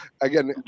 again